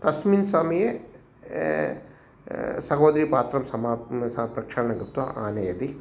तस्मिन् समये सहोदरि पात्रं समाप्य सा प्रक्षालनं कृत्वा आनयति